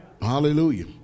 Hallelujah